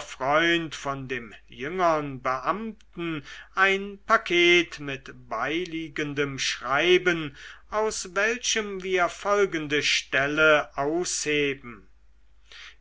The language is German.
freund von dem jüngern beamten ein paket mit beiliegendem schreiben aus welchem wir folgende stelle ausheben